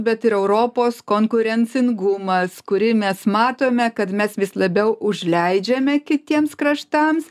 bet ir europos konkurencingumas kurį mes matome kad mes vis labiau užleidžiame kitiems kraštams